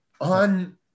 on